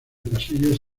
pasillos